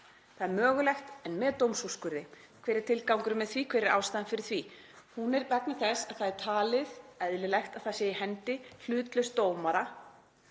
Það er mögulegt en með dómsúrskurði. Hver er tilgangurinn með því? Hver er ástæðan fyrir því? Það er vegna þess að talið er eðlilegt að það sé á hendi hlutlauss dómara